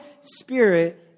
spirit